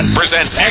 presents